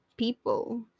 people